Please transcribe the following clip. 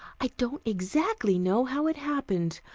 i don't exactly know how it happened.